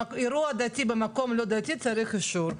אירוע דתי במקום לא דתי צריך אישור.